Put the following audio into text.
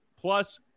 plus